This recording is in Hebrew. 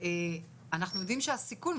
אנחנו יודעים שהסיכון,